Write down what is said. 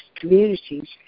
communities